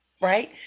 Right